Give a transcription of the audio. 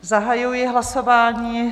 Zahajuji hlasování.